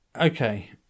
Okay